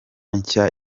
nshya